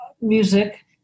music